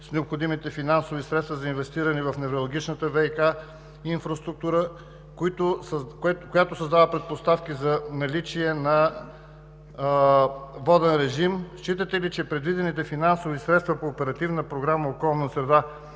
с необходимите финансови средства за инвестиране в невралгичната ВиК инфраструктура, която създава предпоставки за наличие на воден режим? Считате ли, че предвидените финансови средства по Оперативна програма „Околна